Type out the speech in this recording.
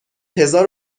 هزار